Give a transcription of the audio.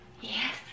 Yes